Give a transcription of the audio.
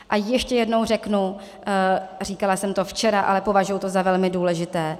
A ještě jednou řeknu, a říkala jsem to včera, ale považuji to za velmi důležité.